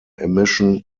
emission